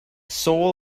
soul